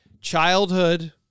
Childhood